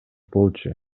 болчу